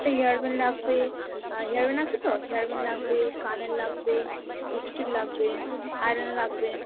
একটা hair band লাগবে hair band আছে তো হেয়ার ব্যান্ড লাগবে কানের লাগবে লিপস্টিক লাগবে আই লাইনার লাগবে